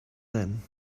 then